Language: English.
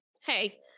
hey